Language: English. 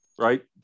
Right